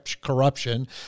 corruption